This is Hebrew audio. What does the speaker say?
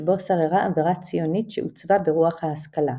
שבו שררה אווירה ציונית שעוצבה ברוח ההשכלה.